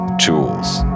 tools